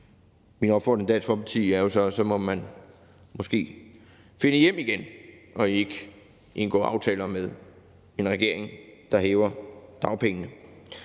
min opfordring til Dansk Folkeparti er, at så må man måske finde hjem igen og ikke indgå aftaler med en regering, der hæver dagpengene.